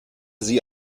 sie